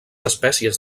espècies